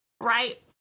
Right